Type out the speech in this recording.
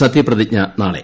സത്യപ്രതിജ്ഞ നാളെ